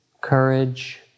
courage